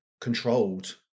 controlled